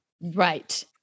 Right